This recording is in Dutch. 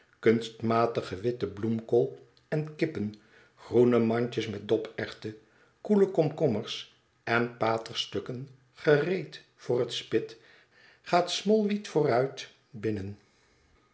kunstmatig gewitte bloemkool en kippen groene mandjes met doperwten koele komkommers en paterstukken gereed voor het spit gaat smallweed vooruit binnen